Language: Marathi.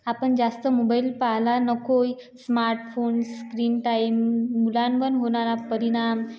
आपण जास्त मोबाईल पाहायला नकोय स्मार्टफोन स्क्रीनटाईम मु मुलांवर होणारा परिणाम